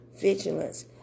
vigilance